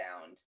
sound